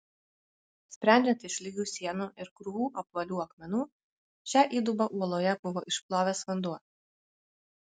sprendžiant iš lygių sienų ir krūvų apvalių akmenų šią įdubą uoloje buvo išplovęs vanduo